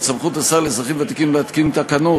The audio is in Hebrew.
את סמכות השר לאזרחים ותיקים להתקין תקנות